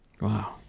Wow